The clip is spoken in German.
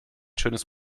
schönes